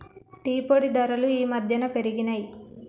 tea పొడి ధరలు ఈ మధ్యన పెరిగినయ్